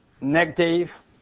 negative